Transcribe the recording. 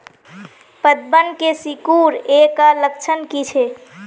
पतबन के सिकुड़ ऐ का लक्षण कीछै?